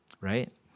Right